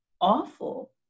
awful